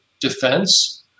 defense